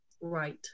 right